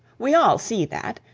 we all see that,